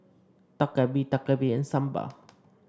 Dak Galbi Dak Galbi and Sambar